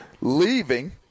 leaving